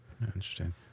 interesting